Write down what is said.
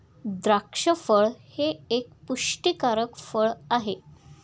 द्राक्ष फळ हे एक पुष्टीकारक फळ आहे